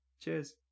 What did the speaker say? Cheers